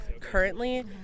currently